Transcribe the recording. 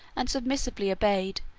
and submissively obeyed,